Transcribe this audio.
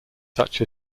such